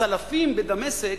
הצלפים בדמשק,